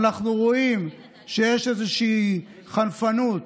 אנחנו רואים שיש איזושהי חנפנות